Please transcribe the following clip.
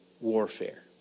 warfare